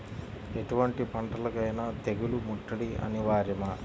ఎటువంటి పంటలకైన తెగులు ముట్టడి అనివార్యమా?